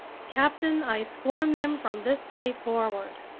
captain, i scorn them from this day forward.